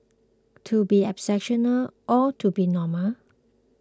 to be exceptional or to be normal